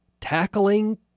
tackling